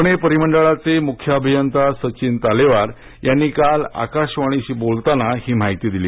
पुणे परिमंडळाचे मुख्य अभियंता सचिन तालेवार यांनी काल आकाशवाणीशी बोलताना ही माहिती दिली